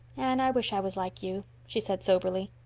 anne, i wish i was like you, she said soberly.